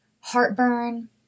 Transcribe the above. heartburn